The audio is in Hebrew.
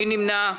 מי נמנע?